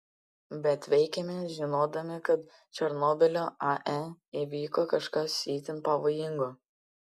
bet veikėme žinodami kad černobylio ae įvyko kažkas itin pavojingo